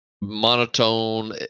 monotone